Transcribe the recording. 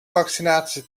vaccinatie